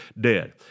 dead